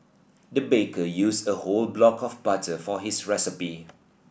the baker used a whole block of butter for his recipe